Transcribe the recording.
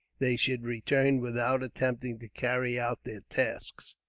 they should return without attempting to carry out their task.